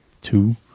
two